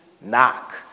Knock